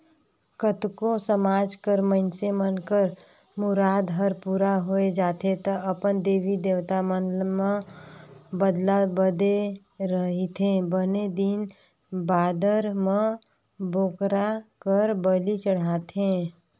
कतको समाज कर मइनसे मन कर मुराद हर पूरा होय जाथे त अपन देवी देवता मन म बदना बदे रहिथे बने दिन बादर म बोकरा कर बली चढ़ाथे